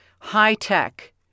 high-tech